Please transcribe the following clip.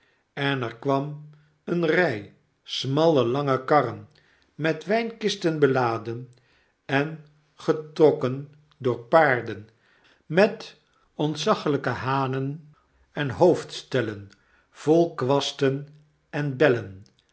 en er kwam eene ry smalle lange karren met wrjnkisten beladen en getrokken door paarden met ontzaglyke hamen en hoofdstellen vol kwasten en bellen